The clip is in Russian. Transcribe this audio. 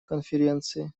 конференции